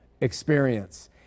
experience